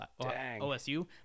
osu